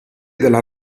della